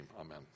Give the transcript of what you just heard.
Amen